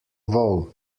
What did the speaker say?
vol